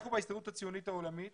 אנחנו בהסתדרות הציונית העולמית